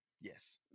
Yes